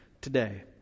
today